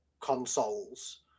consoles